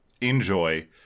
enjoy